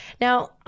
Now